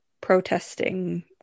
protesting